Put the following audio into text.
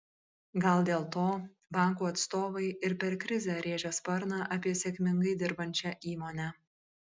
gal dėl to bankų atstovai ir per krizę rėžia sparną apie sėkmingai dirbančią įmonę